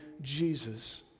Jesus